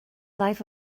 life